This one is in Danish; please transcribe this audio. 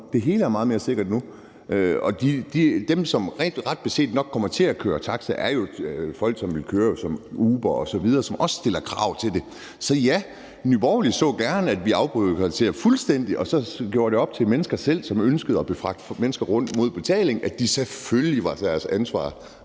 Det hele er meget mere sikkert nu. Dem, som ret beset nok kommer til at køre taxa, er jo folk, som vil køre som Uber osv., som også stiller krav til det. Så ja, Nye Borgerlige så gerne, at vi afbureaukratiserede fuldstændig og lod det være op til mennesker selv, som ønskede at fragte mennesker rundt mod betaling, at de selvfølgelig var deres ansvar